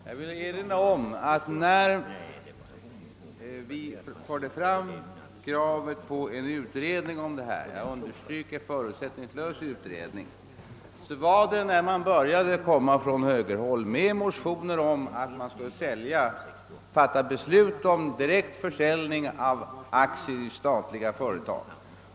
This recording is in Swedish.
Jag vill erinra om att när vi förde fram kravet på en utredning — jag understryker att denna skulle vara förutsättningslös — skedde detta samtidigt som man från högerhåll började motionera om att riksdagen borde fatta beslut om direkt försäljning av aktier i statliga företag.